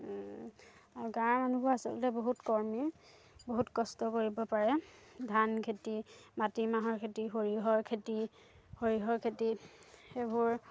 আৰু গাঁৱৰ মানুহবোৰ আচলতে বহুত কৰ্মী বহুত কষ্ট কৰিব পাৰে ধান খেতি মাটিমাহৰ খেতি সৰিয়ঁহৰ খেতি সৰিয়ঁহৰ খেতি সেইবোৰ